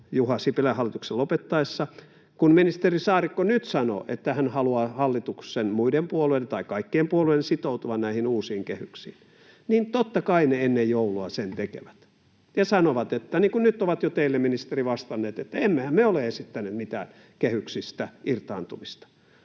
Juha Sipilän hallituksen lopettaessa — kun ministeri Saarikko nyt sanoo, että hän haluaa hallituksen muiden puolueiden tai kaikkien puolueiden sitoutuvan näihin uusiin kehyksiin, niin totta kai ne ennen joulua sen tekevät ja sanovat, kuten ovatkin jo teille, ministeri, vastanneet, että ”emmehän me ole esittäneet mitään kehyksistä irtaantumista”.